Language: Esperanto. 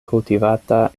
kultivata